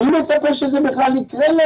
מי מצפה שזה בכלל יקרה?